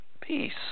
peace